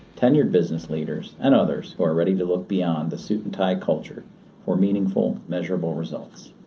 tenured business leaders and others who are ready to look beyond the suit and tie culture for meaningful measurable results.